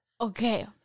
Okay